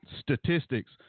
statistics